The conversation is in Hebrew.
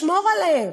לשמור עליהם.